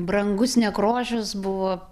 brangus nekrošius buvo